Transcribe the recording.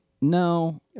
No